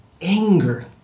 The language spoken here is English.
anger